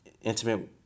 intimate